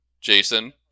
Jason